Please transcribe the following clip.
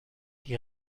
die